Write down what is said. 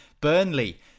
Burnley